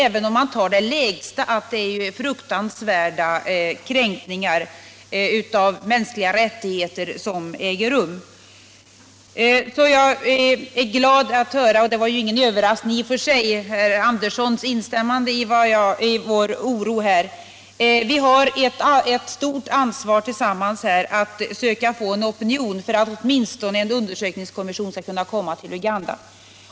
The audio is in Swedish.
Även om man utgår från den lägsta siffran är det fruktansvärda kränkningar av mänskliga rättigheter som äger rum. Jag är därför glad — det var ingen överraskning i och för sig — att höra herr Sven Anderssons i Stockholm instämmande i vår oro. Vi har ett stort ansvar tillsammans i Norden att försöka skapa en opinion för att åtminstone en undersökningskommission skall kunna resa till Uganda.